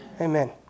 Amen